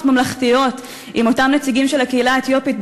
ממלכתיות עם אותם נציגים של הקהילה האתיופית,